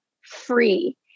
free